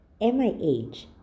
MIH